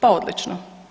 Pa odlično.